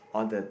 all the